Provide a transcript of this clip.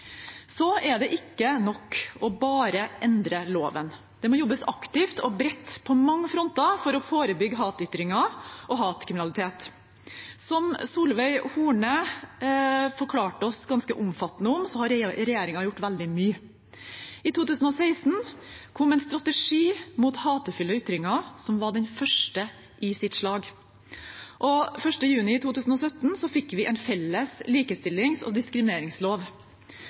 Så er det ikke nok bare å endre loven. Det må jobbes aktivt og bredt på mange fronter for å forebygge hatytringer og hatkriminalitet. Som Solveig Horne forklarte oss ganske omfattende, har regjeringen gjort veldig mye. I 2016 kom en strategi mot hatefulle ytringer, som var den første i sitt slag. Den 1. juni 2017 fikk vi en felles likestillings- og